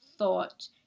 thought